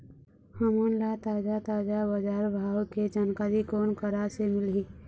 हमन ला ताजा ताजा बजार भाव के जानकारी कोन करा से मिलही?